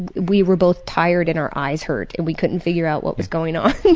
and we were both tired and our eyes hurt and we couldn't figure out what was going on.